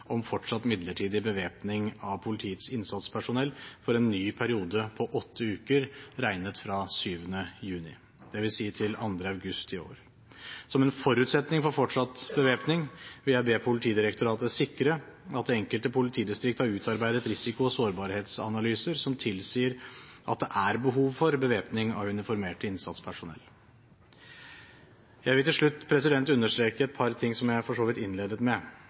om fortsatt midlertidig bevæpning av politiets innsatspersonell for en ny periode på åtte uker regnet fra 7. juni, dvs. til 2. august i år. Som en forutsetning for fortsatt bevæpning vil jeg be Politidirektoratet sikre at det enkelte politidistrikt har utarbeidet risiko- og sårbarhetsanalyser som tilsier at det er behov for bevæpning av uniformert innsatspersonell. Jeg vil til slutt understreke et par ting som jeg for så vidt innledet med.